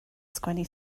sgwennu